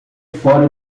fora